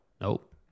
Nope